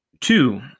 Two